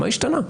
מה השתנה?